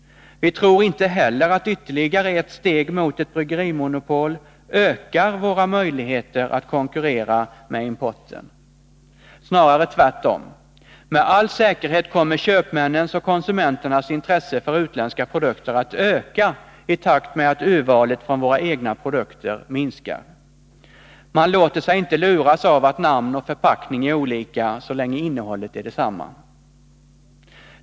Vi tror inte heller att ytterligare ett steg mot ett bryggerimonopol ökar våra möjligheter att konkurrera med importen. Snarare tvärtom! Med all säkerhet kommer köpmännens och konsumenternas intresse för utländska produkter att öka i takt med att urvalet från våra egna produkter minskar. Man låter sig inte luras av att namn och förpackning är olika så länge innehållet är detsamma.